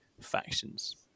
factions